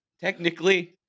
technically